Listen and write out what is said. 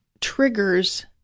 triggers